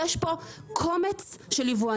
זאת אומרת יש פה קומץ של יבואנים,